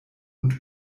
und